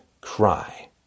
cry